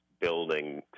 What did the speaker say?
building